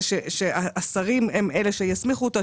כתוב שהשרים הם אלה שיסמיכו אותו.